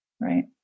Right